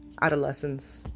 adolescents